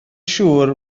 siŵr